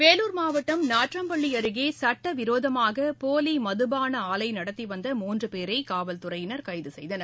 வேலூர் மாவட்டம் நாற்றம்பள்ளி அருகே சுட்டவிரோதமாக போலி மதுபான ஆலை நடத்தி வந்த மூன்று பேரை காவல்துறையினர் கைது செய்தனர்